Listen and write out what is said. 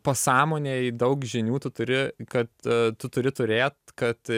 pasąmonėj daug žinių tu turi kad tu turi turėt kad